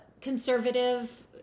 conservative